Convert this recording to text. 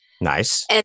nice